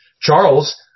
Charles